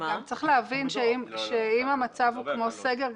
גם צריך להבין שאם המצב הוא כמו סגר,